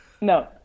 No